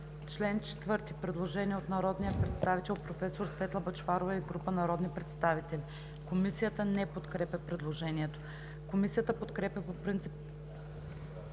чл. 3 има предложение от народния представител професор Светла Бъчварова и група народни представители. Комисията подкрепя по принцип предложението. Комисията подкрепя по принцип